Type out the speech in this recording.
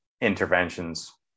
interventions